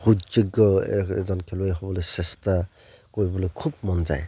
সুযোগ্য এজন খেলুৱৈ হ'বলৈ চেষ্টা কৰিবলৈ খুব মন যায়